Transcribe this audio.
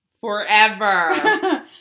Forever